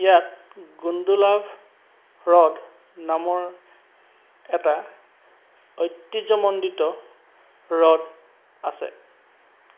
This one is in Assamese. ইয়াত গুণ্ডোলাভ হ্ৰদ নামৰ এটা ঐতিহ্যমণ্ডিত হ্ৰদ আছে